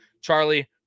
Charlie